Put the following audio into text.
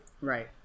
Right